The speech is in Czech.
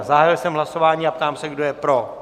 Zahájil jsem hlasování a ptám se, kdo je pro?